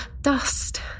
dust